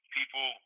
people